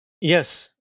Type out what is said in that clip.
Yes